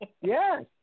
Yes